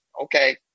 okay